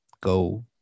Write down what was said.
go